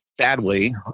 sadly